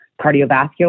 cardiovascular